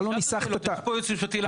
יושבים פה יועצים משפטיים.